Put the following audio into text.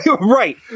Right